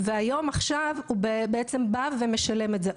והיום הוא בא ומשלם את זה,